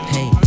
Hey